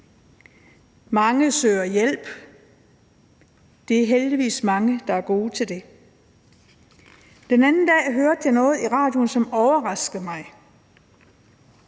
Mange søger hjælp, og det er der heldigvis mange der er gode til. Den anden dag hørte jeg noget i radioen, som overraskede mig.